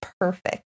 perfect